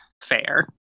fair